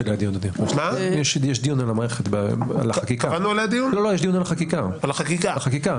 יש דיון על החקיקה בסוף החודש.